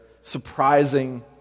surprising